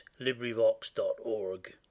LibriVox.org